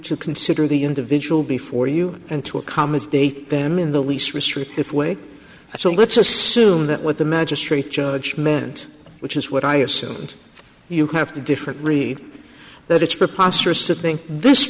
to consider the individual before you and to accommodate them in the least restrictive way so let's assume that what the magistrate judge meant which is what i assume you have two different read that it's preposterous to think this